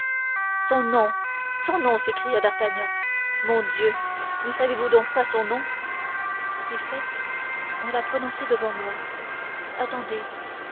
son nom son nom s'écria d'artagnan mon dieu ne savez-vous donc pas son nom si fait on l'a prononcé devant moi attendez